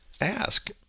ask